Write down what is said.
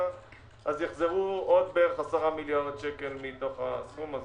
אז יחזרו בערך עוד 10 מיליארד שקל מתוך הסכום הזה.